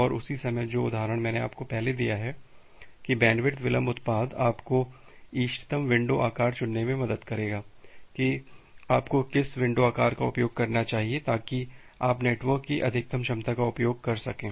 और उसी समय जो उदाहरण मैंने आपको पहले दिया है कि बैंडविड्थ विलंब उत्पाद आपको इष्टतम विंडो आकार चुनने में मदद करेगा कि आपको किस विंडो आकार का उपयोग करना चाहिए ताकि आप नेटवर्क की अधिकतम क्षमता का उपयोग कर सकें